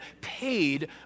paid